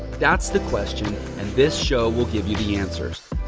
that's the question. and this show will give you the answers.